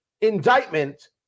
indictment